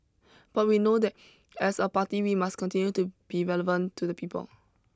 but we know that as a party we must continue to be relevant to the people